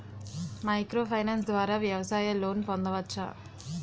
Micro finance ద్వారా వ్యవసాయ loan పొందవచ్చా?